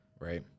right